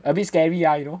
a bit scary ah you know